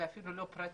זה אפילו לא פרטי.